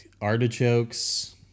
Artichokes